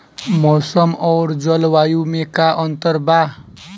मौसम और जलवायु में का अंतर बा?